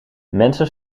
mensen